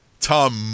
tom